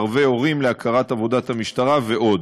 ערבי הורים להכרת עבודת המשטרה ועוד.